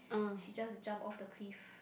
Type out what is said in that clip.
she just jump off the cliff